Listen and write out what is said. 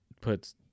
puts